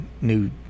new